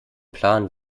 plan